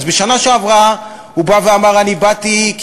אז בשנה שעברה הוא בא ואמר: אני באתי כי